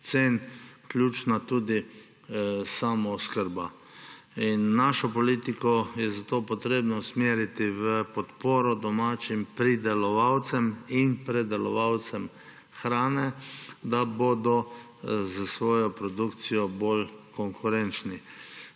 cen ključna tudi samooskrba. Našo politiko je zato potrebno usmeriti v podporo domačim pridelovalcem in predelovalcem hrane, da bodo s svojo produkcijo bolj konkurenčni.